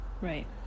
right